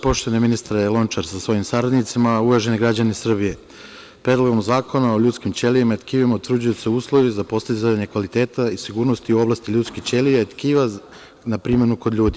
Poštovani ministre Lončar sa svojim saradnicima, uvaženi građani Srbije, Predlogom zakona o ljudske ćelija i tkivima utvrđuju se uslovi za postizanje kvaliteta i sigurnosti u oblasti ljudskih ćelije i tkiva na primenu kod ljudi.